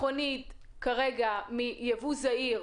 מכונית מייבוא זעיר,